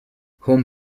home